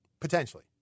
potentially